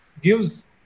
gives